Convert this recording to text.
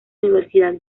universidad